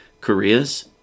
Koreas